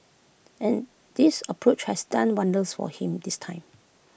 and this approach has done wonders for him this time